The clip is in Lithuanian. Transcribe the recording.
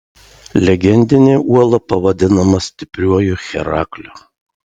legendinė uola pavadinama stipriuoju herakliu